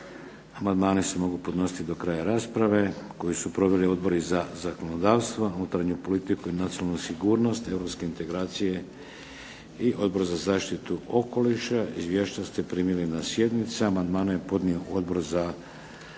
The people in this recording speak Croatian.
Amandmani se mogu podnositi do kraja rasprave koju su proveli odbori za zakonodavstvo, unutarnju politiku i nacionalnu sigurnost, Europske integracije i Odbor za zaštitu okoliša. Izvješća ste primili na sjednici, amandmane je podnio Odbor za zakonodavstvo.